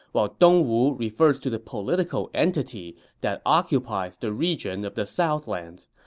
while dong wu refers to the political entity that occupies the region of the southlands.